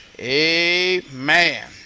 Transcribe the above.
Amen